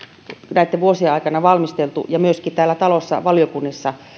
näitten vuosien aikana valmisteltu ja myöskin tässä talossa valiokunnissa